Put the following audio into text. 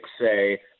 say